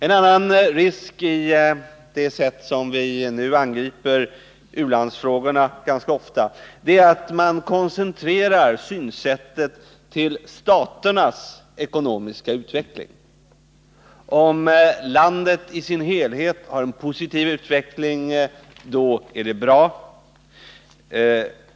En annan risk i det sätt som vi nu ganska ofta angriper u-landsfrågorna på är att man koncentrerar synsättet till staternas ekonomiska utveckling. Om landet i sin helhet har en positiv utveckling, då är det bra.